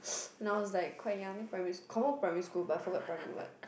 when I was like quite young I think primary confirm primary school but I forgot primary what